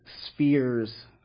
spheres